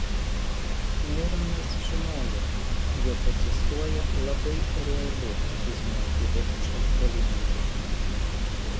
mironas žinojo jog egzistuoja labai reali fizinio kivirčo galimybė